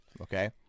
okay